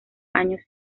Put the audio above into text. años